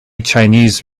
chinese